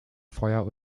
feuer